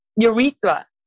urethra